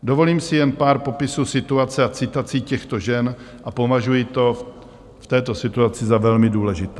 Dovolím si jen pár popisů situace a citací těchto žen a považuji to v této situaci za velmi důležité.